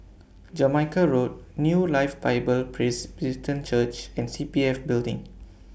Jamaica Road New Life Bible Presbyterian Church and C P F Building